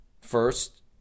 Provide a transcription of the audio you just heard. first